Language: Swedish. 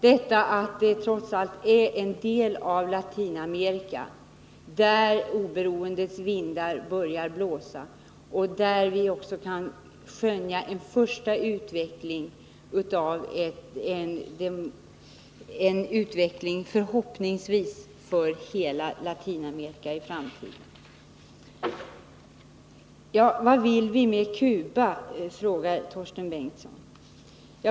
De är trots allt delar av Latinamerika där oberoendets vindar börjar blåsa och där vi också kan skönja en första utveckling som förhoppningsvis kommer att gälla hela Latinamerika i framtiden. ”Vad vill ni med Cuba?”, frågar Torsten Bengtson.